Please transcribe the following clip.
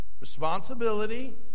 responsibility